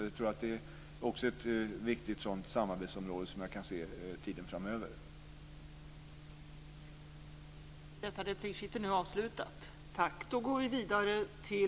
Det tror jag också är ett viktigt samarbetsområde som jag kan se framöver i tiden.